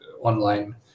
online